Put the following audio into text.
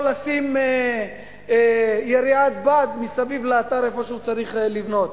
לשים יריעת בד מסביב האתר שהוא צריך לבנות.